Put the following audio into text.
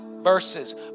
verses